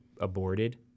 aborted